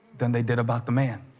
than they did about the man